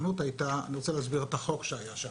אני רוצה להסביר את החוק שהיה בחברה